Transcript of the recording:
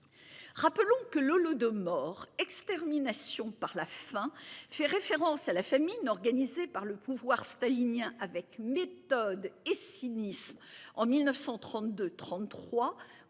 Rappelons que l'Holodomor extermination par la faim fait référence à la famine organisée par le pouvoir stalinien avec méthode et cynisme en 1932 33,